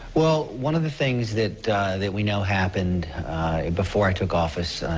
well, one of the things that that we know happened before i took office,